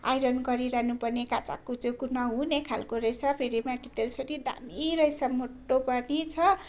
iron गरिरहनु पर्ने कचाककुचुक नहुने खालको रहेछ फेरि मेटेरियल्स पनि दामी रहेछ मोटो पनि छ